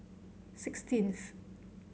sixteenth